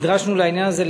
לעניין הזה,